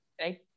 right